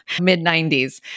mid-90s